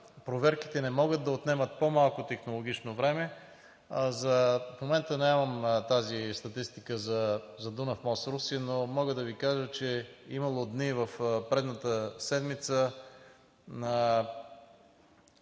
Проверките не могат да отнемат по-малко технологично време. В момента нямам статистиката за Дунав мост при Русе, но мога да Ви кажа, че е имало дни в предната седмица на